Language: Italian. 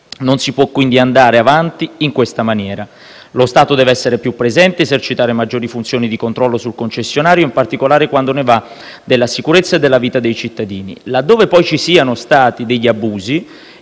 non si può quindi andare avanti in questa maniera. Lo Stato deve essere più presente ed esercitare maggiori funzioni di controllo sul concessionario, in particolare quando ne va della sicurezza e della vita dei cittadini. Là dove poi ci siano stati degli abusi,